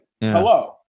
hello